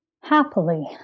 Happily